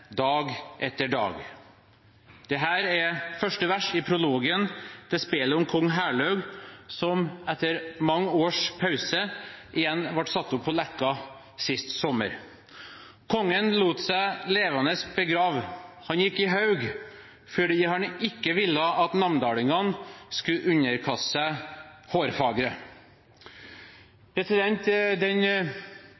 dag etter dag.» Dette er første vers i prologen til «Eit spel om Kong Herlaug», som etter mange års pause igjen ble satt opp på Leka sist sommer. Kongen lot seg levende begrave, han gikk «i haug», fordi han ikke ville at namdalingene skulle underkaste seg Hårfagre.